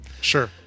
sure